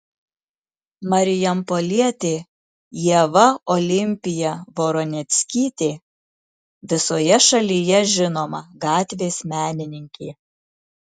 marijampolietė ieva olimpija voroneckytė visoje šalyje žinoma gatvės menininkė